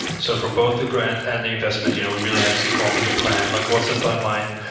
so for both the grant and the investment, you know we really had to come up with a plan, like what's the timeline,